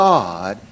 God